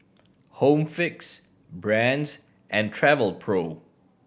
Home Fix Brand's and Travelpro